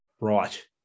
right